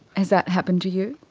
has that happened to you?